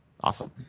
awesome